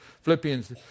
Philippians